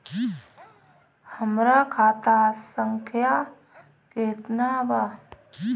हमरा खाता संख्या केतना बा?